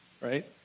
right